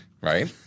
right